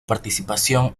participación